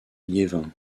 liévin